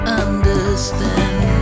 understand